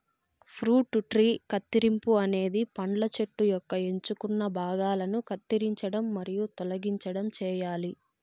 fruit tree కత్తిరింపు అనేది పండ్ల చెట్టు యొక్క ఎంచుకున్న భాగాలను కత్తిరించడం మరియు తొలగించడం చేయాలి